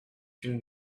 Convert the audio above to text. une